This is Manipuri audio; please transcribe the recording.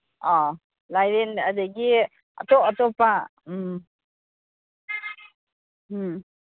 ꯑꯣ ꯂꯥꯏꯔꯦꯟ ꯑꯗꯒꯤ ꯑꯇꯣꯞ ꯑꯇꯣꯞꯄ ꯎꯝ ꯎꯝ